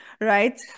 right